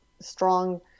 strong